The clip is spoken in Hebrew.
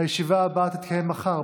הישיבה הבאה תתקיים מחר,